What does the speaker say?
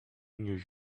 new